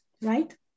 right